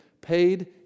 paid